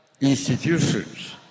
institutions